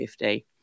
50